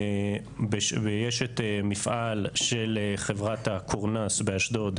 יש את מפעל של חברת הקורנס באשדוד,